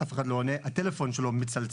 אף אחד לא ענה והטלפון שלו מצלצל.